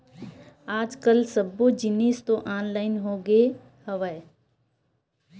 आज कल सब्बो जिनिस तो ऑनलाइन होगे हवय